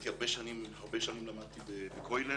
הרבה שנים למדתי בכולל